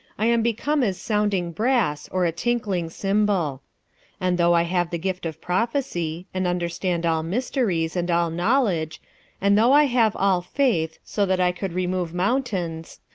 i am become as sounding brass, or a tinkling cymbal and though i have the gift of prophecy, and understand all mysteries, and all knowledge and though i have all faith, so that i could remove mountains,